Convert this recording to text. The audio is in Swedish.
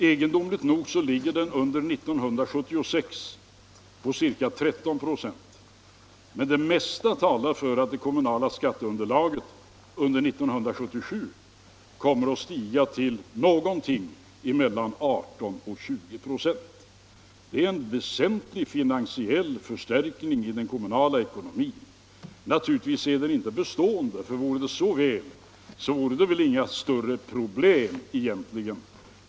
Egendomligt nog ligger den under 1976 på ca 13 96, och det mesta talar för att det kommunala skatteunderlaget under 1977 kommer att stiga till mellan 18 och 20 96. Detta är en väsentlig finansiell förstärkning av den kommunala ekonomin. Naturligtvis är den inte bestående. I så fall hade det väl inte egentligen varit några större finansiella problem.